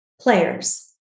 players